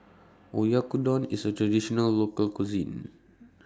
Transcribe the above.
Oyakodon IS A Traditional Local Cuisine